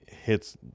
hits